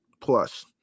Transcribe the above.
plus